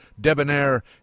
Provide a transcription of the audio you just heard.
debonair